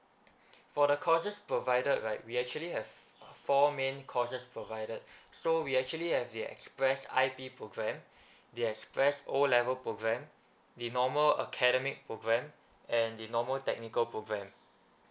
for the courses provided right we actually have four main courses provided so we actually have the express I_P programme the express O level programme the normal academic programme and the normal technical programme